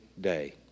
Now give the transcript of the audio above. day